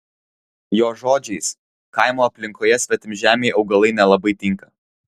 jo žodžiais kaimo aplinkoje svetimžemiai augalai nelabai tinka